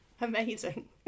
amazing